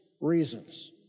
reasons